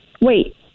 Wait